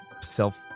self